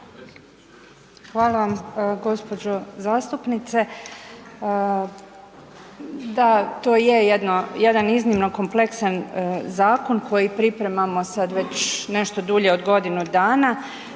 Hvala vam gđo. zastupnice. Da, to je jedan iznimno kompleksan zakon koji pripremamo sad već nešto dulje od godinu dana.